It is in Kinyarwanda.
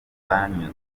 zakunzwe